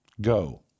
go